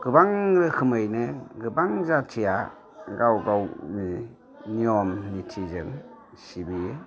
गोबां रोखोमैनो गोबां जाथिया गाव गावनि नियम नितिजों सिबियो